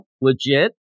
legit